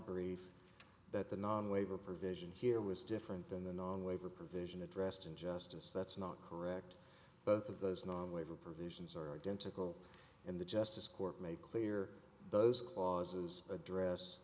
brief that the non waiver provision here was different than the non waiver provision addressed in justice that's not correct both of those non waiver provisions are identical in the justice court made clear those clauses address